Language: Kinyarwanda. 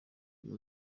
uyu